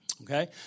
okay